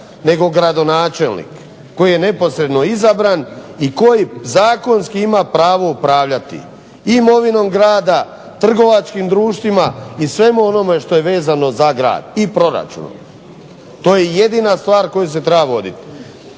nego gradonačelnik koji je neposredno izabran i koji zakonski ima pravo upravljati imovinom grada, trgovačkim društvima i svemu onome što je vezano za grad i proračun. To je jedina stvar koju se treba voditi.